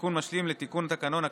כתיקון משלים לתיקון תקנון הכנסת,